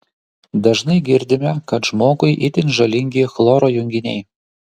dažnai girdime kad žmogui itin žalingi chloro junginiai